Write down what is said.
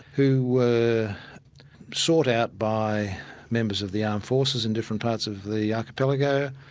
who were sought out by members of the armed forces in different parts of the archipelago,